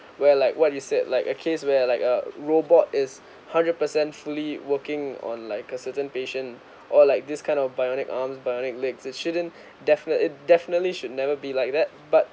where like what you said like a case where like a robot is hundred percent fully working on like a certain patient or like this kind of bionic arms bionic legs it shouldn't definitely it definitely should never be like that but